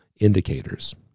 indicators